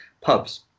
pubs